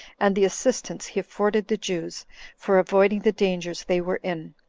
and the assistance he afforded the jews for avoiding the dangers they were in.